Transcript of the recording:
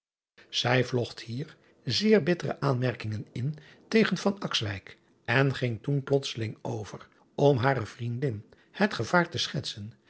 ij vlocht hier zeer bittere aanmerkingen in tegen en ging toen plotseling over om hare vriendin het gevaar te schetsen